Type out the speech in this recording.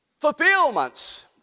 fulfillments